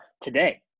today